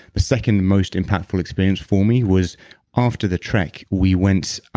the second most impactful experience for me was after the trek we went